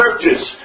churches